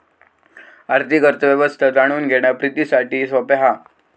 आर्थिक अर्थ व्यवस्था जाणून घेणा प्रितीसाठी सोप्या हा